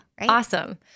awesome